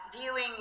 viewing